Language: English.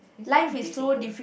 is type of difficult